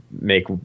make